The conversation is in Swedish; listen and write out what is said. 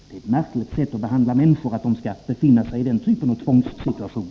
Det är ett märkligt sätt att behandla människor att de skall befinna sig i den typen av tvångssituation.